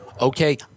Okay